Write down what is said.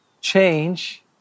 change